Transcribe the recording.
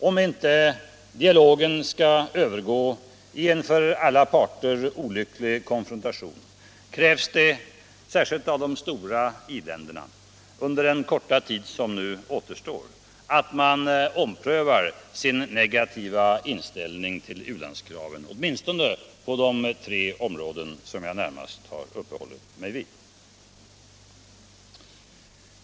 Om inte dialogen skall övergå i en för alla parter olycklig konfrontation krävs att särskilt de stora i-länderna under den korta tid som nu återstår omprövar sin negativa inställning till u-landskraven, åtminstone på de tre områden som jag närmast har uppehållit mig vid.